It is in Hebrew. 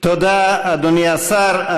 תודה, אדוני השר.